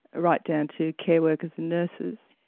right down to care workers and nurses.